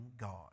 God